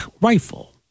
rifle